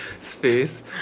space